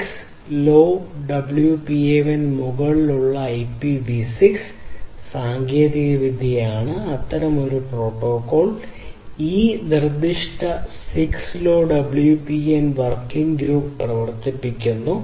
6LoWPAN ന് മുകളിലുള്ള IPv6 അത്തരമൊരു സാങ്കേതികവിദ്യയാണ് അത്തരം ഒരു പ്രോട്ടോക്കോൾ ഒരു നിർദ്ദിഷ്ട 6LOWPAN വർക്കിംഗ് ഗ്രൂപ്പ് പ്രവർത്തിക്കുന്നു